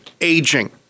aging